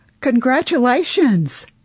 Congratulations